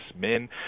men